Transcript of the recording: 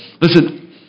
Listen